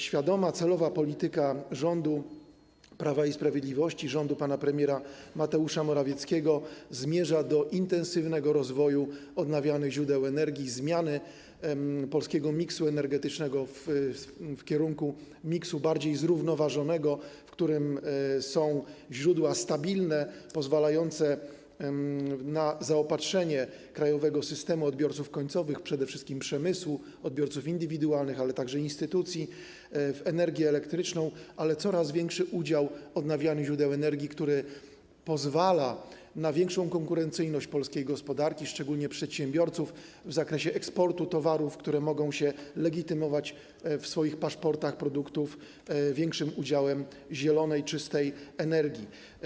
Świadoma, celowa polityka rządu Prawa i Sprawiedliwości, rządu pana premiera Mateusza Morawieckiego zmierza do intensywnego rozwoju odnawialnych źródeł energii, zmiany polskiego miksu energetycznego w kierunku miksu bardziej zrównoważonego, w którym są źródła stabilne, pozwalające na zaopatrzenie krajowego systemu odbiorców końcowych, przede wszystkim przemysłu, odbiorców indywidualnych, ale także instytucji, w energię elektryczną, ale w którym też coraz większy jest udział odnawialnych źródeł energii pozwalający na większą konkurencyjność polskiej gospodarki, szczególnie przedsiębiorców, w zakresie eksportu towarów, które mogą się legitymować w swoich paszportach produktów większym udziałem zielonej, czystej energii.